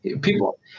People